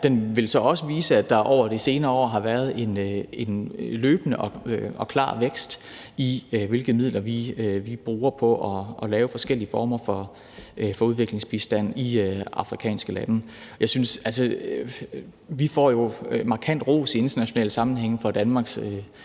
den så også vil vise, at der over de senere år har været en løbende og klar vækst i, hvilke midler vi bruger på at lave forskellige former for udviklingsbistand i afrikanske lande. Vi får jo markant ros i internationale sammenhænge for Danmarks linje her.